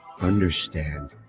understand